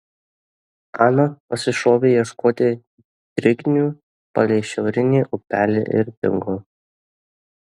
ana pasišovė ieškoti drignių palei šiaurinį upelį ir dingo